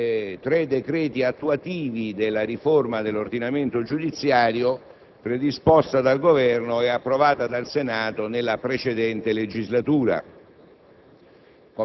di tre decreti attuativi della riforma dell'ordinamento giudiziario predisposta dal Governo e approvata dal Senato nella precedente legislatura.